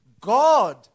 God